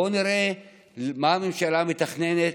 בואו נראה מה הממשלה מתכננת,